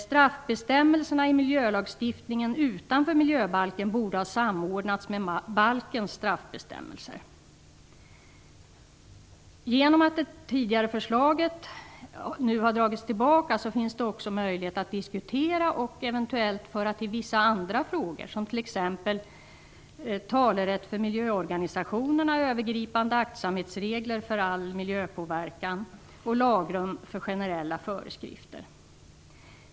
Straffbestämmelserna i miljölagstiftningen utanför miljöbalken borde ha samordnats med balkens straffbestämmelser. Genom att det tidigare förslaget nu har dragits tillbaka finns det nu också möjlighet att diskutera och eventuellt tillföra vissa andra frågor, som t.ex. talerätt för miljöorganisationer, övergripande aktsamhetsregler för all miljöpåverkan och lagrum för generella föreskrifter.